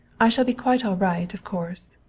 i shall be quite all right, of course.